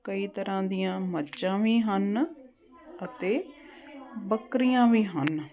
ਕਈ ਤਰ੍ਹਾਂ ਦੀਆਂ ਮੱਝਾਂ ਵੀ ਹਨ ਅਤੇ ਬੱਕਰੀਆਂ ਵੀ ਹਨ